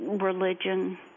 religion